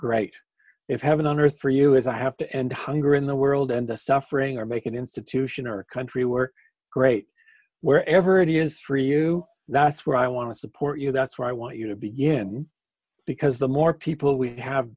right if heaven on earth for you is i have to end hunger in the world and a suffering or make an institution or a country were great where ever it is for you that's where i want to support you that's where i want you to begin because the more people we have